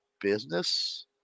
business